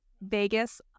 Vegas